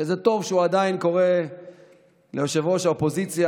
וזה טוב שהוא עדיין קורא לראש האופוזיציה,